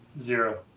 zero